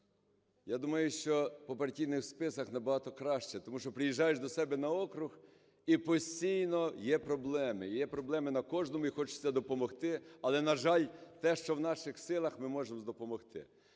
Я думаю, що по партійних списках набагато краще. Тому що приїжджаєш до себе на округ, і постійно є проблеми, є проблеми на кожному, і хочеться допомогти. Але, на жаль, те, що в наших силах, ми можемо допомогти.